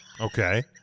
Okay